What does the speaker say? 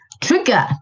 trigger